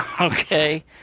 okay